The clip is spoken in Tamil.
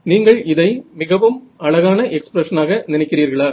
நீங்கள் இதை மிகவும் அழகான எக்ஸ்பிரஷன் ஆக நினைக்கிறீர்களா